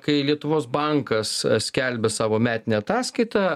kai lietuvos bankas skelbė savo metinę ataskaitą